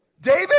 David